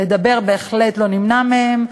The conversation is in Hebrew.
לדבר בהחלט לא נמנע מהם,